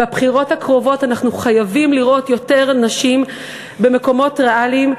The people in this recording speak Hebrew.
בבחירות הקרובות אנחנו חייבים לראות יותר נשים במקומות ריאליים,